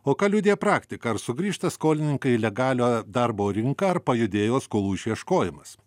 o ką liudija praktika ar sugrįžta skolininkai į legalią darbo rinką ar pajudėjo skolų išieškojimas